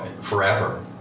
Forever